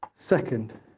Second